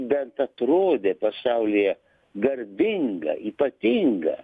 bent atrodė pasaulyje garbinga ypatinga